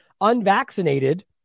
unvaccinated